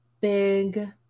big